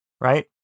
right